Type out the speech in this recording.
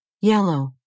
yellow